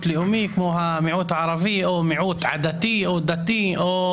לאומי כמו המיעוט הערבי או מיעוט עדתי או דתי או